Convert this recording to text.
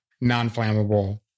non-flammable